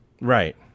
right